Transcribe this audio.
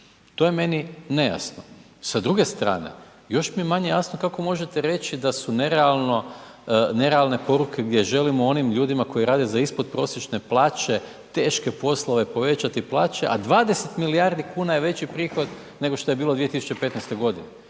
To je meni nejasno. Sa druge strane još mi je manje jasno kako možete reći da su nerealne poruke gdje želim onim ljudima koji rade za ispod prosječne plaće teške poslove povećati plaće, a 20 milijardi kuna je veći prihod nego šta je bilo 2015. godine.